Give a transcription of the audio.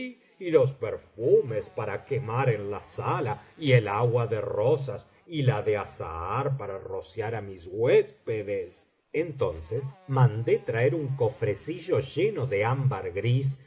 y los perfumes para quemar en la sala y el agua de rosas y la de azahar para rociar á mis huéspedes entonces mandé traer un cofrecillo lleno de ámbar gris